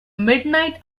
midnight